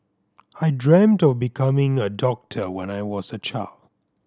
I dreamt of becoming a doctor when I was a child